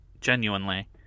genuinely